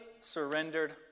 surrendered